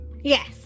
yes